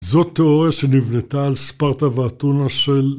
זאת תיאוריה שנבנתה על ספרטה ואתונה של...